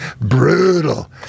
brutal